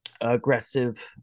aggressive